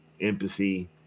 empathy